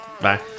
Bye